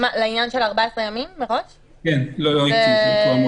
אני לא מכיר